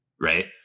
right